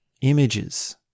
images